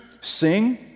sing